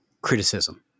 criticism